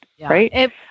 right